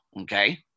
okay